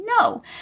no